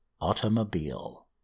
automobile